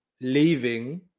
leaving